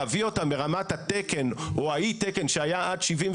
להביא אותם ברמת התקן או האי תקן שהיה עד 75,